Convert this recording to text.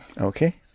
Okay